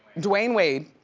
dwyane wade,